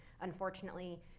unfortunately